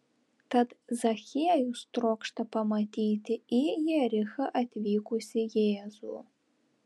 tad zachiejus trokšta pamatyti į jerichą atvykusį jėzų